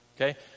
Okay